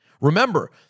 Remember